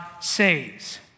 saves